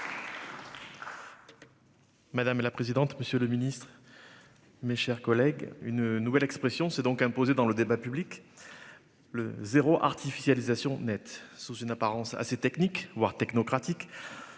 Madame la présidente. Monsieur le Ministre. Mes chers collègues. Une nouvelle expression s'est donc imposé dans le débat public. Le zéro artificialisation nette sous une apparence assez technique, voire technocratique,